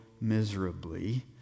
miserably